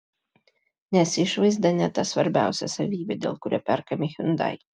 nes išvaizda ne ta svarbiausia savybė dėl kurio perkami hyundai